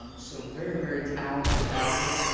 um so very, very talented athlete.